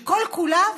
שכל-כולה,